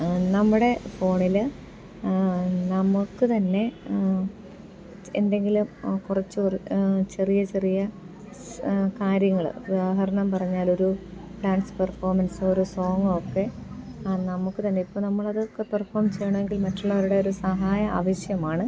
നമ്മുടെ ഫോണിൽ നമുക്ക് തന്നെ എന്തെങ്കിലും കുറച്ചു ചെറിയ ചെറിയ കാര്യങ്ങൾ ഉദാഹരണം പറഞ്ഞൽ ഒരു ഡാൻസ് പെർഫോമൻസോ ഒരു സോങ്ങോ ഒക്കെ നമുക്ക് തന്നെ ഇപ്പം നമ്മളതൊക്കെ പെർഫോം ചെയ്യണമെങ്കിൽ മറ്റുള്ളവരുടെ ഒരു സഹായം ആവശ്യമാണ്